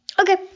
Okay